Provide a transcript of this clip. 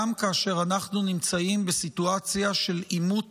גם כאשר אנחנו נמצאים בסיטואציה של עימות